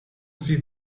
sie